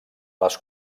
les